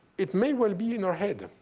it may well be in your head.